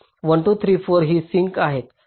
1 2 3 4 ही सिंक आहेत